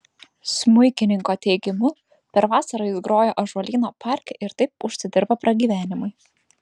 smuikininko teigimu per vasarą jis groja ąžuolyno parke ir taip užsidirba pragyvenimui